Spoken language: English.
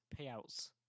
payouts